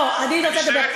לא אני רוצה לדבר,